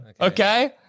Okay